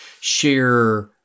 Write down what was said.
share